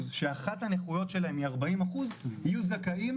שאחת הנכויות שלהם היא ארבעים אחוז יהיו זכאים